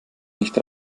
nicht